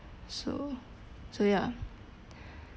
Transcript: so so ya